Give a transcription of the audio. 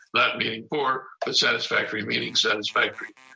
not meaning poor, but satisfactory meaning satisfactory.